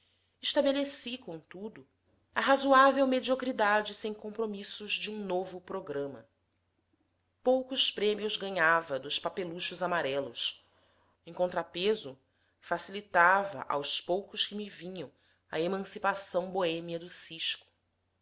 estabeleci contudo a razoável mediocridade sem compromissos de um novo programa poucos prêmios ganhava dos papeluchos amarelos em contrapeso facilitava aos poucos que me vinham a emancipação boêmia do cisco